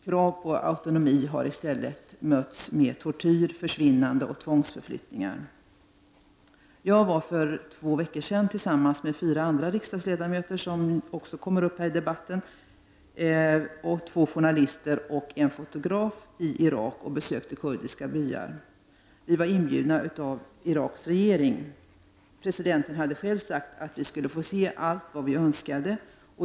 Krav på autonomi har i stället mötts med tortyr, försvinnanden och tvångsförflyttningar. Jag var för två veckor sedan tillsammans med fyra andra riksdagsledamöter — vilka senare kommer upp i denna debatt — två journalister och en fotograf i Irak och besökte kurdiska byar. Vi var inbjudna av Iraks regering. Presidenten hade själv sagt att vi skulle få se allt vad vi önskade.